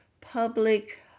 public